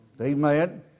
Amen